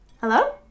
Hello